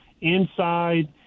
inside